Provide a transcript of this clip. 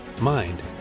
mind